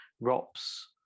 ROPS